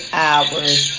hours